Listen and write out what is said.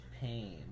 pain